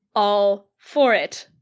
all. for it.